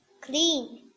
clean